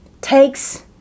takes